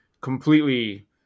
completely